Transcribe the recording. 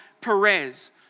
Perez